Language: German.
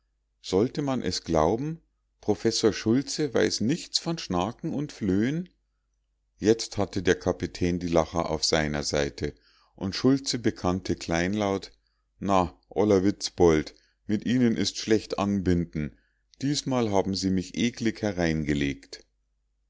sollte man es glauben professor schultze weiß nichts von schnaken und flöhen jetzt hatte der kapitän die lacher auf seiner seite und schultze bekannte kleinlaut na oller witzbold mit ihnen ist schlecht anbinden diesmal haben sie mich eklig hereingelegt